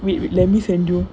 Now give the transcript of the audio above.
wait let me send you